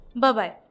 Bye-bye